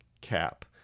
cap